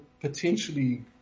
potentially